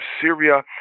Syria